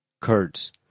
Kurds